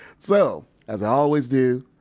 so, as i always do,